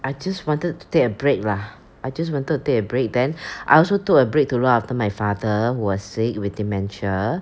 I just wanted to take a break lah I just wanted to take a break then I also took a break to look after my father was sick with dementia